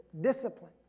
discipline